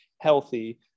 healthy